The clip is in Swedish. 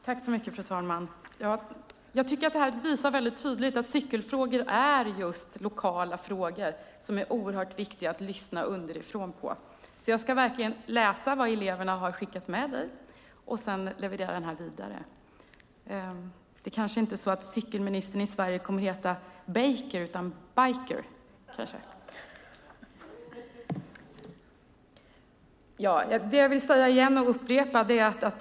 Fru talman! Tack för budkavlen! Den här budkavlen visar tydligt att cykelfrågor är lokala frågor, och det är oerhört viktigt att lyssna underifrån. Jag ska verkligen läsa vad eleverna har skickat med dig och sedan leverera budkavlen vidare. Det är kanske inte så att cykelministern i Sverige kommer att heta Baker utan Biker!